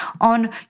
on